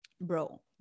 bro